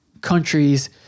countries